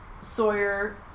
Sawyer